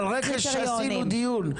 על רכש עשינו דיון.